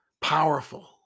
powerful